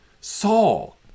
Saul